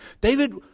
David